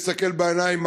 להסתכל בעיניים,